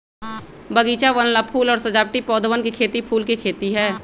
बगीचवन ला फूल और सजावटी पौधवन के खेती फूल के खेती है